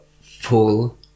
full